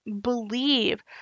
believe